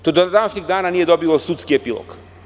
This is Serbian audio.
To do današnjeg dana nije dobilo sudski epilog.